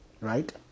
Right